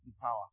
power